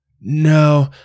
No